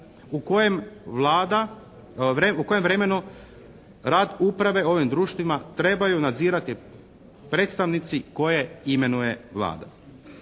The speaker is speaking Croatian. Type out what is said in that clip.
u kojem vremenu rad uprave ovim društvima trebaju nadzirati predstavnici koje imenuje Vlada.